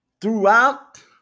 Throughout